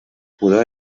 pudor